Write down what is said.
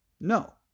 No